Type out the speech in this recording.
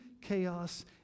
chaos